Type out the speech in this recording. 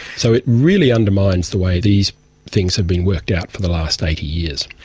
so it really undermines the way these things have been worked out for the last eighty years.